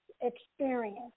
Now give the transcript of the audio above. experience